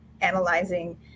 analyzing